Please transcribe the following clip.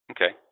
Okay